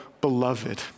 beloved